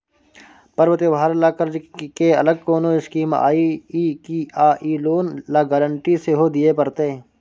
पर्व त्योहार ल कर्ज के अलग कोनो स्कीम आबै इ की आ इ लोन ल गारंटी सेहो दिए परतै?